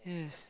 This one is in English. yes